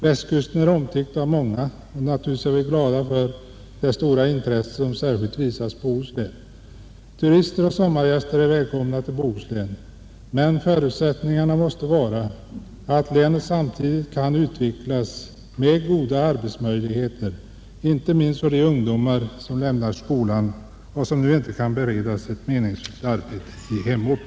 Västkusten är omtyckt av många, och naturligtvis är vi glada för det stora intresse som särskilt visas Bohuslän. Turister och sommargäster är välkomna till Bohuslän, men förutsättningen måste vara att länet samtidigt kan utvecklas med goda arbetsmöjligheter, inte minst för de ungdomar som lämnar skolan och som nu inte kan beredas ett meningsfullt arbete i sin hemort.